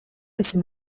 esi